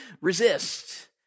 resist